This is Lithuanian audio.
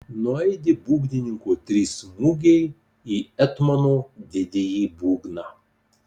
nuaidi būgnininko trys smūgiai į etmono didįjį būgną